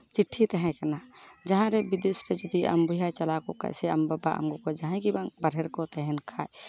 ᱪᱤᱴᱷᱤ ᱛᱟᱦᱮᱸᱠᱟᱱᱟ ᱡᱟᱦᱟᱸᱨᱮ ᱵᱤᱫᱮᱥ ᱨᱮ ᱡᱩᱫᱤ ᱟᱢ ᱵᱚᱭᱦᱟᱭ ᱪᱟᱞᱟᱣ ᱠᱚᱜ ᱠᱷᱟᱡ ᱥᱮ ᱟᱢ ᱵᱟᱵᱟ ᱟᱢ ᱜᱚᱜᱚ ᱡᱟᱦᱟᱸᱭ ᱜᱮ ᱵᱟᱝ ᱵᱟᱨᱦᱮ ᱨᱮᱠᱚ ᱛᱮᱦᱮᱱ ᱠᱷᱟᱡ